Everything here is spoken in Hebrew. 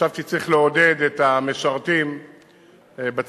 חשבתי שצריך לעודד את המשרתים בצבא,